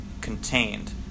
contained